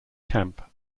camp